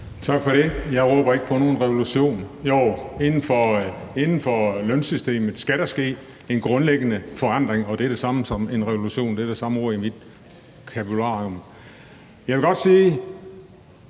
Tak for det. Jeg råber ikke på nogen revolution. Jo, inden for lønsystemet skal der ske en grundlæggende forandring, og det er det samme som en revolution. Det er det samme ord mit vokabularium. Jeg vil godt sige: